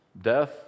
death